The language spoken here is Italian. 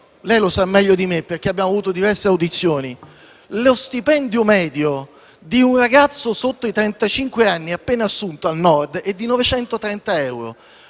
Lei lo sa meglio di me, perché abbiamo svolto diverse audizioni: lo stipendio medio di un ragazzo sotto i trentacinque anni appena assunto al Nord è di 930 euro,